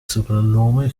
soprannome